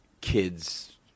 kids